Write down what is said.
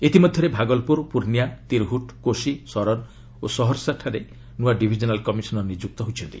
ଇତିମଧ୍ୟରେ ଭାଗଲପୁର ପୂର୍ଣ୍ଣିଆ ତିରହୁଟ କୋଶି ସରନ ଓ ସହରସା ଠାରେ ନୃଆ ଡିଭିଜନାଲ କମିଶନର ନିଯୁକ୍ତ ହୋଇଛନ୍ତି